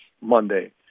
Monday